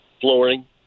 flooring